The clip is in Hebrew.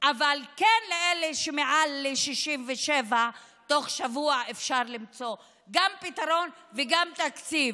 לקבוצה הזאת אבל לאלה שמעל 67 תוך שבוע אפשר למצוא גם פתרון וגם תקציב.